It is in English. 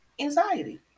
anxiety